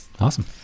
awesome